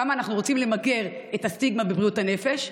כמה אנחנו רוצים למגר את הסטיגמה בבריאות הנפש,